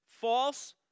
False